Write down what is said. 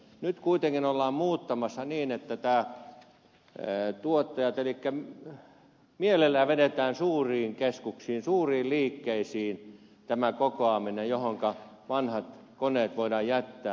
nyt kuitenkin ollaan muuttamassa sitä niin että mielellään vedetään suuriin keskuksiin ja suuriin liikkeisiin nämä kokoamispisteet joihinka vanhat koneet voidaan jättää